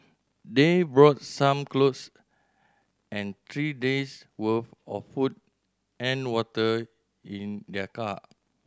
they brought some cloth and three days' worth of food and water in their car